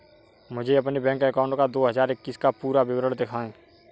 मुझे अपने bank account का दो हज़ार इक्कीस का पूरा विवरण दिखाएँ?